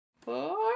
four